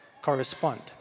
correspond